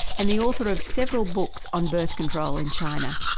and the author of several books on birth control in china.